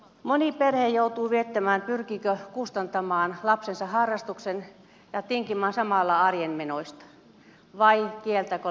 moni perhe joutuu miettimään pyrkiikö kustantamaan lapsensa harrastuksen ja tinkimään samalla arjen menoista vai kieltääkö lapsia harrastamasta